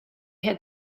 had